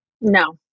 No